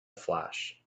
flash